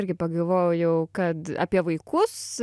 irgi pagalvojau jau kad apie vaikus